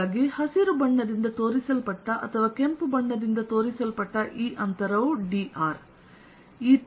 ಆದ್ದರಿಂದ ಹಸಿರು ಬಣ್ಣದಿಂದ ತೋರಿಸಲ್ಪಟ್ಟ ಅಥವಾ ಕೆಂಪು ಬಣ್ಣದಿಂದ ತೋರಿಸಲ್ಪಟ್ಟ ಈ ಅಂತರವು dr